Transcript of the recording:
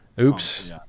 Oops